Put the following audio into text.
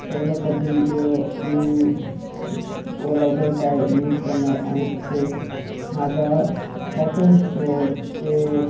जेव्हा कधी मी ओला वगैरे काय यूज करणार आणि ते माझं काय पण तो ते